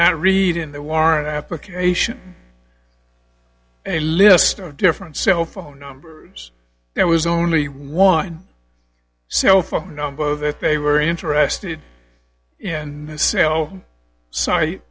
not read in the warrant application a list of different cell phone numbers there was only one cell phone number that they were interested in the cell site